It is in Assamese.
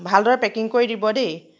ভালদৰে পেকিং কৰি দিব দেই